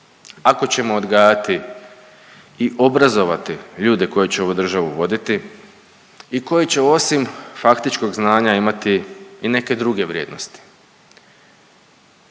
Ako ćemo odgajati i obrazovati ljude koji će ovu državu voditi i koji će osim faktičkog znanja imati i neke druge vrijednosti.